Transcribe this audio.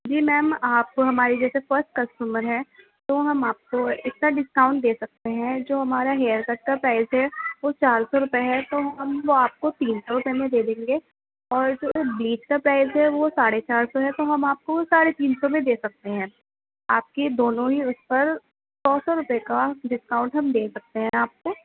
جی ma'am آپ ہمارے جیسے فرسٹ کسٹمر ہیں تو ہم آپ کو اتنا ڈسکاؤنٹ دے سکتے ہیں جو ہمارا ہیئر کٹ کا پرائس ہے وہ چار سو روپئے ہے تو ہم وہ آپ کو تین سو روپئے میں دے دیں گے اور جو وہ بلیچ کا پرائس ہے وہ ساڑھے چار سو ہے تو ہم آپ کو ساڑھے تین سو میں دے سکتے ہیں آپ کی دونوں ہی اس پر سو سو روپئے کا ڈسکاؤنٹ ہم دے سکتے ہیں آپ کو